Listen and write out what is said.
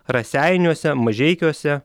raseiniuose mažeikiuose